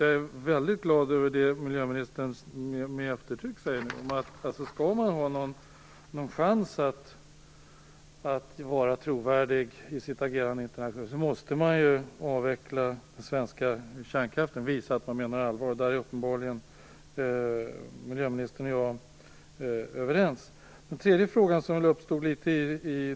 Jag är väldigt glad över att miljöministern nu med eftertryck sade, att skall man ha någon chans att vara trovärdig i sitt agerande internationellt måste man visa att man menar allvar med att avveckla den svenska kärnkraften. Där är miljöministern och jag uppenbarligen överens. I det fortsatta svaret från miljöministern uppstod en ny fråga.